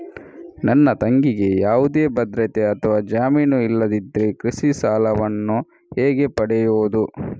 ನನ್ನ ತಂಗಿಗೆ ಯಾವುದೇ ಭದ್ರತೆ ಅಥವಾ ಜಾಮೀನು ಇಲ್ಲದಿದ್ದರೆ ಕೃಷಿ ಸಾಲವನ್ನು ಹೇಗೆ ಪಡೆಯುದು?